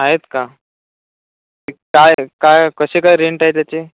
आहेत का काय काय कसे काय रेंट आहे त्याचे